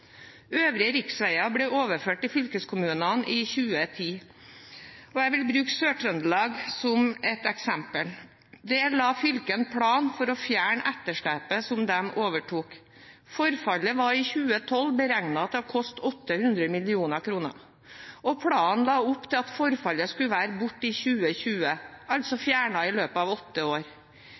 Øvrige riksveier ble overført til fylkeskommunene i 2010, og jeg vil bruke Sør-Trøndelag som et eksempel. Der la fylket en plan for å fjerne etterslepet som de overtok. Forfallet var i 2012 beregnet til å koste 800 mill. kr, og planen la opp til at forfallet skulle være borte i 2020 – altså fjernet i løpet av åtte år.